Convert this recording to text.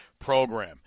program